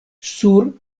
sur